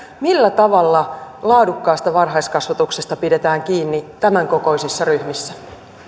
millä tavalla laadukkaasta varhaiskasvatuksesta pidetään kiinni tämänkokoisissa ryhmissä